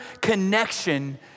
connection